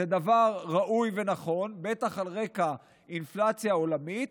זה דבר ראוי ונכון, ובטח על רקע אינפלציה עולמית,